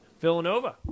Villanova